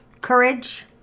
courage